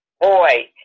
Boy